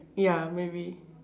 ya maybe